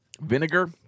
vinegar